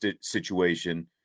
situation